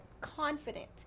confident